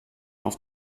auf